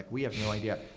we have no idea.